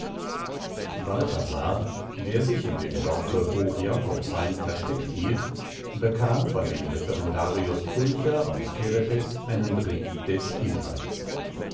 balthasar der sich in dem dorfe hoch jakobsheim versteckt hielt bekam von dem referendarius pulcher aus kerepes einen brief des inhalts